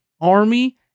army